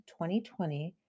2020